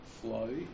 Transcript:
flow